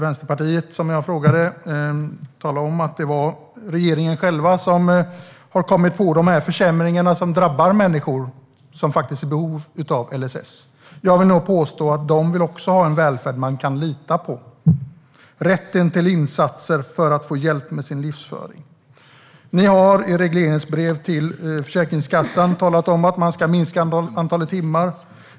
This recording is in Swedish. Vänsterpartiet, som jag frågade, talade om att det är regeringen själv som har kommit på försämringarna som drabbar människor som faktiskt är i behov av LSS. Jag vill påstå att de också vill ha en välfärd man kan lita på. De vill ha rätten till insatser för att få hjälp med sin livsföring. Ni har i regleringsbrev till Försäkringskassan talat om att man ska minska antalet timmar.